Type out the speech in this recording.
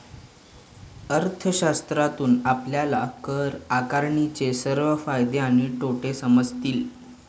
अर्थशास्त्रातून आपल्याला कर आकारणीचे सर्व फायदे आणि तोटे समजतील